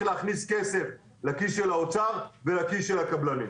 להכניס כסף לכיס של האוצר ולכיס של הקבלנים.